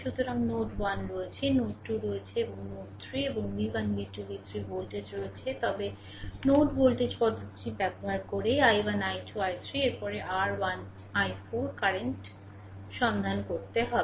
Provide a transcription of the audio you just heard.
সুতরাং নোড 1 রয়েছে নোড 2 রয়েছে এবং নোড 3 এবং V 1 V 2 V 3 ভোল্টেজ রয়েছে তবে নোড ভোল্টেজ পদ্ধতিটি ব্যবহার করে i1 i 2 i3 এর পরে r i4 কারেন্ট সন্ধান করতে হবে